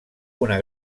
una